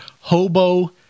Hobo